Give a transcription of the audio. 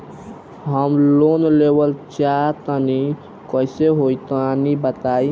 हम लोन लेवल चाह तनि कइसे होई तानि बताईं?